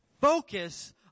focus